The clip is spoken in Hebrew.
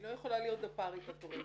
היא לא יכולה להיות דפ"רית, התורמת.